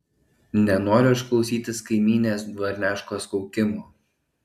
nenoriu aš klausytis kaimynės dvarneškos kaukimo